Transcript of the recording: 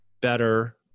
better